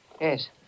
Yes